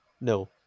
No